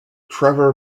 trevor